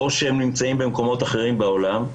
או שהם נמצאים במקומות אחרים בעולם,